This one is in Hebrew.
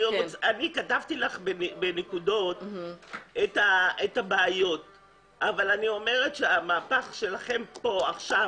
אני כתבתי לך בנקודות את הבעיות אבל אני אומרת שהמהפך שלכם כאן עכשיו